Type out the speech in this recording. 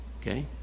Okay